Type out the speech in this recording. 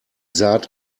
saat